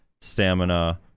stamina